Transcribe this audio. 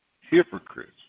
hypocrites